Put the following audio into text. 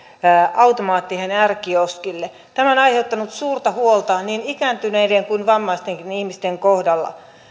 automaatteihin ja r kioskeille tämä on aiheuttanut suurta huolta niin ikääntyneiden kuin vammaistenkin ihmisten kohdalla